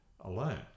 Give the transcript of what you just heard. alone